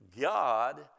God